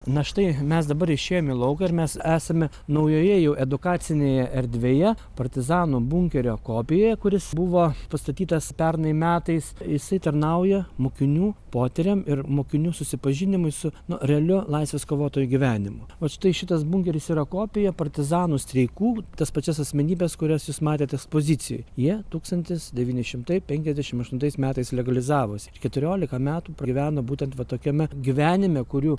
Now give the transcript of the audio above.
na štai mes dabar išėjom į lauką ir mes esame naujoje jau edukacinėje erdvėje partizanų bunkerio kopijoje kuris buvo pastatytas pernai metais jisai tarnauja mokinių potyriam ir mokinių susipažinimui su nu realiu laisvės kovotojų gyvenimu vat štai šitas bunkeris yra kopija partizanų streikų tas pačias asmenybes kurias jūs matėt ekspozicijoj jie tūkstantis devyni šimtai penkiasdešim aštuntais metais legalizavosi ir keturiolika metų pragyveno būtent va tokiame gyvenime kurių